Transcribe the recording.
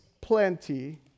plenty